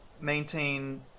maintain